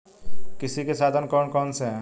कृषि के साधन कौन कौन से हैं?